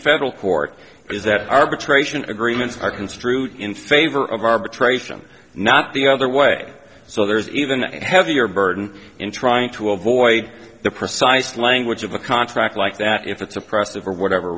federal court is that arbitration agreements are construed in favor of arbitration not the other way so there's even a heavier burden in trying to avoid the precise language of a contract like that if it's oppressive or whatever